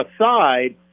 aside